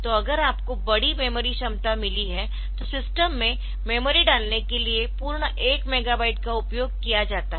तो अगर आपको बड़ी मेमोरी क्षमता मिली है तो सिस्टम में मेमोरी डालने के लिए पूर्ण एक मेगाबाइट का उपयोग किया जाता है